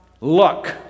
luck